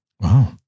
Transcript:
Wow